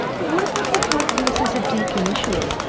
what about that whole process of decommissioning?